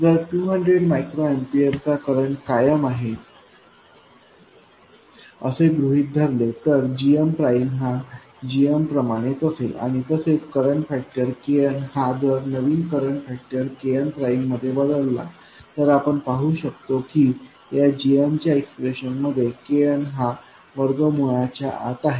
जर 200 micro ampere चा current कायम आहे असे गृहित धरले तर gm प्राइम हा gm प्रमाणेच असेल आणि तसेच करंट फॅक्टर Kn हा जर नवीन करंट फॅक्टर Kn प्राइममध्ये बदलला तर आपण पाहू शकतो की या gmच्या एक्सप्रेशन मध्ये Kn हा वर्गमूळाच्या आत आहे